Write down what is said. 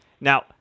Now